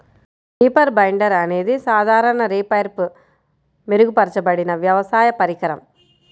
reaper binder అనేది సాధారణ రీపర్పై మెరుగుపరచబడిన వ్యవసాయ పరికరం